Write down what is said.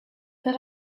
that